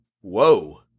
whoa